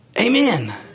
Amen